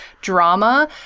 drama